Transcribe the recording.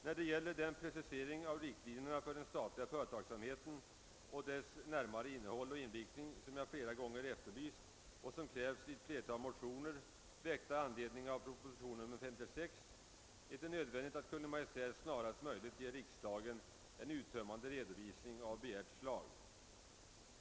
När det gäller den precisering av riktlinjerna för den statliga företagsamheten och dess närmare innehåll och inriktning, som jag flera gånger ef terlyst och som även krävs i ett flertal motioner, väckta med anledning av proposition nr 56, är det nödvändigt att Kungl. Maj:t snarast möjligt ger riksdagen en uttömmande redovisning av begärt slag.